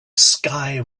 sky